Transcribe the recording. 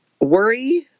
worry